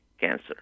cancer